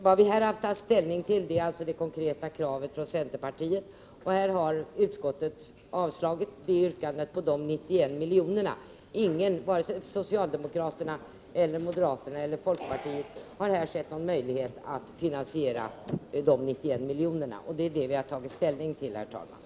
Vad vi haft att ta ställning till är det konkreta kravet från centerpartiet, och utskottet har avstyrkt yrkandet om 91 milj.kr. Ingen — varken socialdemokrater, moderater eller folkpartister — har sett någon möjlighet att finansiera dessa 91 miljoner. Jag upprepar, herr talman, att det är detta vi tagit ställning till.